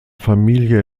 familie